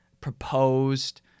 proposed